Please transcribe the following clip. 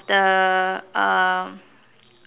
the um